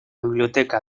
biblioteca